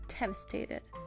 devastated